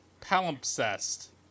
palimpsest